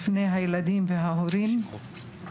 בפני הילדים וההורים,